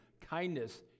kindness